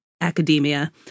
academia